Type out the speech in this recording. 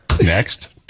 Next